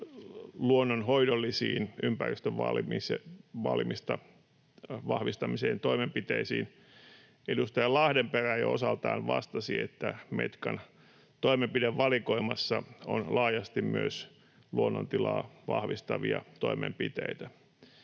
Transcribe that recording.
luonnonhoidollisiin, ympäristön vaalimista vahvistaviin toimenpiteisiin, edustaja Lahdenperä jo osaltaan vastasi, että Metkan toimenpidevalikoimassa on laajasti myös luonnontilaa vahvistavia toimenpiteitä.